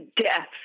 death